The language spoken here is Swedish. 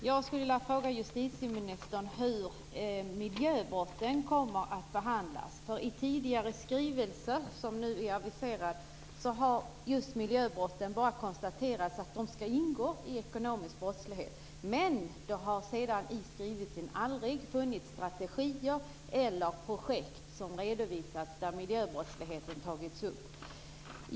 Herr talman! Jag vill fråga justitieministern hur miljöbrotten kommer att behandlas. I tidigare skrivelser har bara konstaterats att miljöbrotten skall ingå i ekonomisk brottslighet. Men det har i skrivelserna aldrig funnits strategier eller redovisats projekt där miljöbrottsligheten tagits upp.